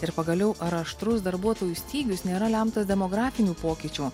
ir pagaliau ar aštrus darbuotojų stygius nėra lemtas demografinių pokyčių